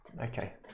Okay